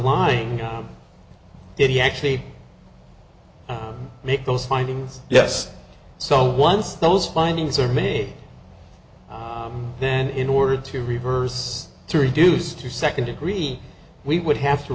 why did he actually make those findings yes so once those findings are made then in order to reverse to reduce to second degree we would have to